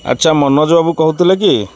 ଆଚ୍ଛା ମନୋଜ ବାବୁ କହୁଥିଲେ କି